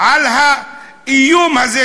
על האיום הזה,